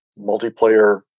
multiplayer